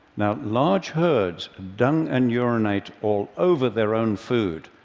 now, large herds dung and urinate all over their own food,